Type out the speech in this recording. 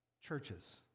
churches